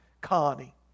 Connie